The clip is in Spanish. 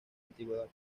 antigüedad